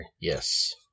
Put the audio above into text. Yes